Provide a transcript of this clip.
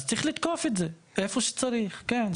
אז צריך לתקוף את זה איפה שצריך, כן.